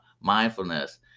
mindfulness